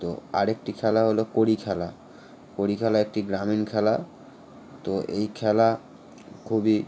তো আরেকটি খেলা হলো কড়ি খেলা কড়ি খেলা একটি গ্রামীণ খেলা তো এই খেলা খুবই